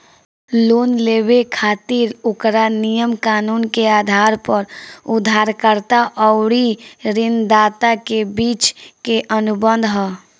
loan लेबे खातिर ओकरा नियम कानून के आधार पर उधारकर्ता अउरी ऋणदाता के बीच के अनुबंध ह